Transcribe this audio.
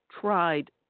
tried